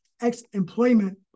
ex-employment